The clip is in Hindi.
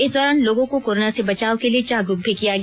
इस दौरान लोगों को कोरोना से बचाव के लिए जागरूक भी किया गया